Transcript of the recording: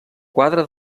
quadre